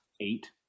Eight